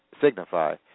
signify